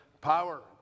power